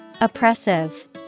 Oppressive